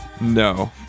No